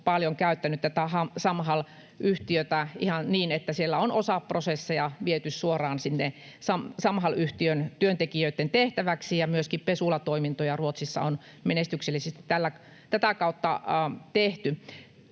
on paljon käyttänyt tätä Samhall-yhtiötä ihan niin, että siellä on osa prosesseja viety suoraan Samhall-yhtiön työntekijöiden tehtäväksi, ja myöskin pesulatoimintoja Ruotsissa on menestyksellisesti tätä kautta tehty.